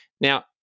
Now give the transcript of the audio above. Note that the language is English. now